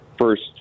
first